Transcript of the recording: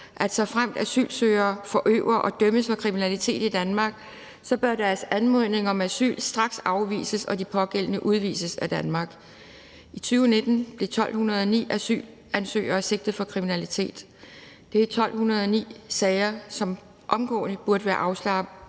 at såfremt asylsøgere forøver og dømmes for kriminalitet i Danmark, bør deres anmodning om asyl straks afvises og de pågældende udvises af Danmark. I 2019 blev 1.209 asylansøgere sigtet for kriminalitet. Det er 1.209 sager, som omgående burde være afsluttet